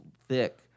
thick